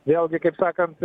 vėlgi kaip sakant